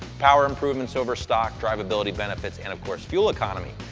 power improvements over stock, drivability benefits, and, of course, fuel economy.